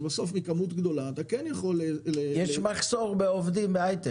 ואם תהיה כמות גדולה של אנשים --- יש מחסור בעובדים בהייטק,